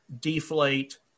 deflate